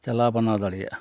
ᱪᱟᱞᱟᱣ ᱵᱟᱱᱟᱣ ᱫᱟᱲᱮᱭᱟᱜᱼᱟ